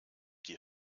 die